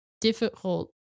difficult